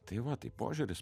tai va tai požiūris